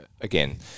again